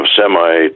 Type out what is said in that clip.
semi